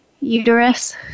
uterus